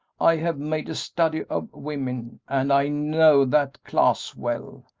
i have made a study of women, and i know that class well.